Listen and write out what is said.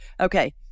Okay